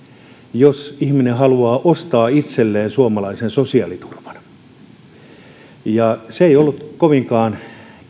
jos ihminen haluaa ostaa itselleen suomalaisen sosiaaliturvan se ei ollut kovinkaan